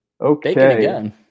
Okay